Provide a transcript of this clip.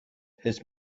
his